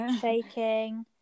shaking